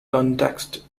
context